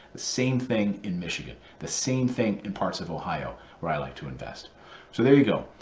same thing in michigan, the same thing in parts of ohio, where i like to invest. so there you go.